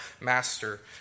Master